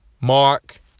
Mark